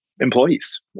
employees